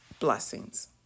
Blessings